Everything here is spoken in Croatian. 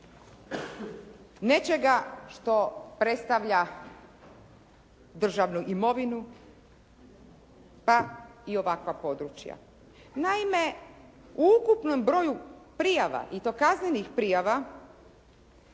nečega što predstavlja državnu imovinu pa i ovakva područja. Naime, u ukupnom broju prijava i to kaznenih prijava